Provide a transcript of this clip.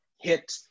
hit